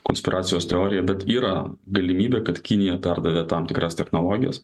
konspiracijos teorija bet yra galimybė kad kinija perdavė tam tikras technologijas